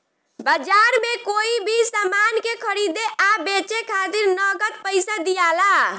बाजार में कोई भी सामान के खरीदे आ बेचे खातिर नगद पइसा दियाला